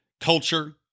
culture